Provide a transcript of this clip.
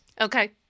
Okay